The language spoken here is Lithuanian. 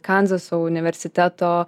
kanzaso universiteto